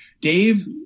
Dave